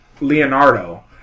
Leonardo